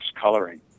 coloring